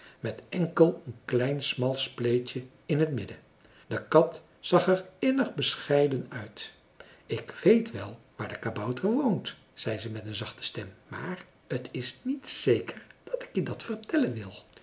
met enkel een klein smal spleetje in het midden de kat zag er innig bescheiden uit ik weet wel waar de kabouter woont zei ze met een zachte stem maar t is niet zeker dat ik je dat vertellen wil